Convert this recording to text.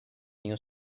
new